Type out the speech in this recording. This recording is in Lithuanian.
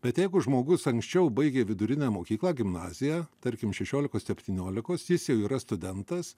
bet jeigu žmogus anksčiau baigė vidurinę mokyklą gimnaziją tarkim šešiolikos septyniolikos jis jau yra studentas